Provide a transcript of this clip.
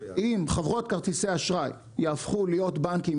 אם חברות כרטיסי האשראי יהפכו להיות בנקים,